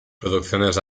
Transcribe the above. producciones